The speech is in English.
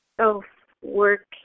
self-work